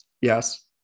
Yes